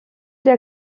der